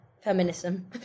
feminism